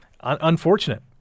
unfortunate